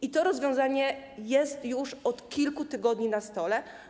I to rozwiązanie jest już od kilku tygodni na stole.